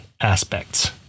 aspects